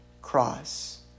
cross